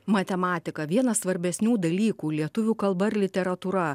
matematika vienas svarbesnių dalykų lietuvių kalba ir literatūra